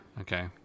Okay